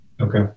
Okay